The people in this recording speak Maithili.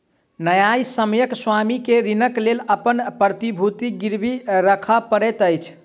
न्यायसम्यक स्वामी के ऋणक लेल अपन प्रतिभूति गिरवी राखअ पड़ैत अछि